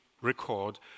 record